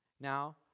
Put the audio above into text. Now